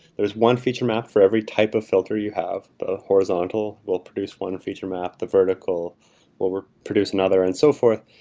there is one feature map for every type of filter you have the horizontal will produce one feature map, the vertical will produce another and so forth,